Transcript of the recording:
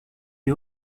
des